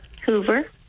Hoover